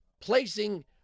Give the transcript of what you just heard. placing